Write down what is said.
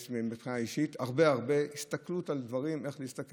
מעבר לכך גם צריך